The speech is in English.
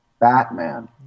Batman